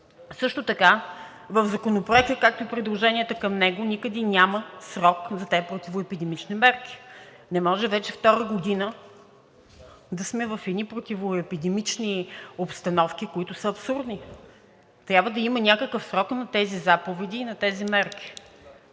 Също така в Законопроекта, както и в предложенията към него, никъде няма срок за тези противоепидемични мерки. Не може вече втора година да сме в едни противоепидемични обстановки, които са абсурдни, а трябва да има някакъв срок на тези заповеди и на тези мерки.